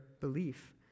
belief